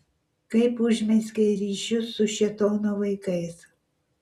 kaip užmezgei ryšius su šėtono vaikais